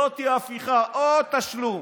זאת הפיכה או תשלום.